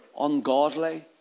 ungodly